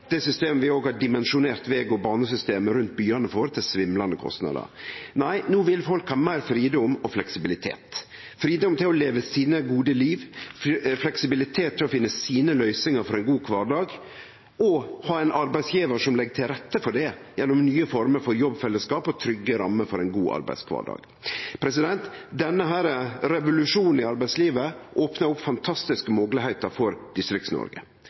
rundt byane våre til, til svimlande kostnader. Nei, no vil folk ha meir fridom og fleksibilitet, fridom til å leve sine gode liv – fleksibilitet til å finne løysingar for ein god kvardag – og ha ein arbeidsgjevar som legg til rette for det gjennom nye former for jobbfellesskap og trygge rammer for ein god arbeidskvardag. Denne revolusjonen i arbeidslivet opnar opp fantastiske moglegheiter for